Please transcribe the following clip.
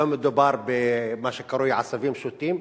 לא מדובר במה שקרוי עשבים שוטים,